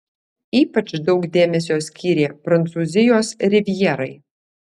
ypač daug dėmesio skyrė prancūzijos rivjerai